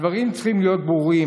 הדברים צריכים להיות ברורים.